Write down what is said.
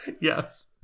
Yes